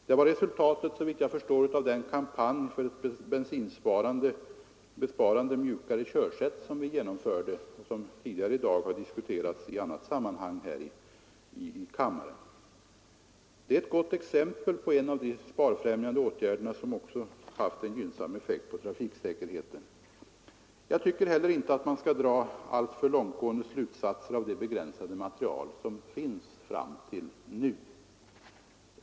Den var, såvitt jag förstår, resultatet av den kampanj för ett bensinbesparande mjukare körsätt som vi genomförde och som vi tidigare i dag har diskuterat här i kammaren i annat sammanhang. Det är ett gott exempel på en sparfrämjande åtgärd som också haft en gynnsam effekt på trafiksäkerheten. Jag tycker inte heller att man bör dra alltför långtgående slutsatser av det begränsade material som finns fram till nuläget.